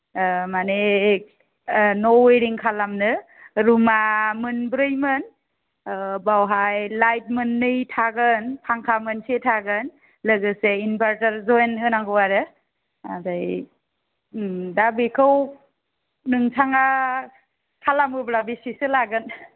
औ माने ओ न' वेरिं खालामनो रुमा मोनब्रैमोन ओ बेवहाय लाइट मोन्नै थागोन फांखा मोनसे थागोन लोगोसे इनभार्तार जयन होनांगौ आरो ओमफ्राय ओम दा बेखौ नोंथाङा खालामोब्ला बेसेसो लागोन